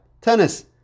tennis